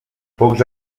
pocs